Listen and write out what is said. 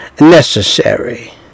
necessary